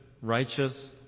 righteous